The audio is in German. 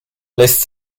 lässt